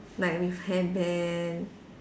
like with hairband